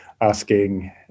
asking